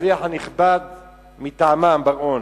השליח הנכבד מטעמה, בר-און.